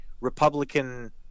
Republican